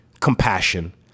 compassion